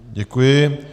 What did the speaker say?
Děkuji.